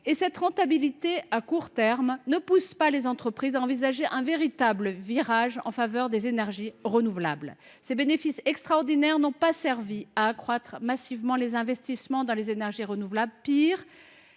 et cette rentabilité à court terme ne pousse pas les entreprises à envisager un véritable virage en faveur des énergies renouvelables. Ces bénéfices extraordinaires n’ont pas servi à accroître massivement les investissements en ce domaine ; pis encore,